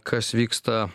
kas vyksta